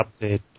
update